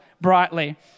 brightly